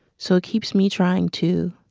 so it keeps me trying to.